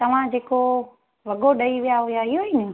तव्हां जेको वॻो ॾेई विया हूआ इहेई न